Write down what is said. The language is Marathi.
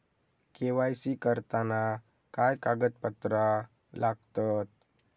के.वाय.सी करताना काय कागदपत्रा लागतत?